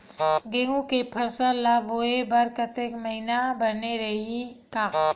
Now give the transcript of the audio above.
गेहूं के फसल ल बोय बर कातिक महिना बने रहि का?